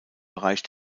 bereich